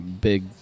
big